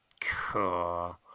Cool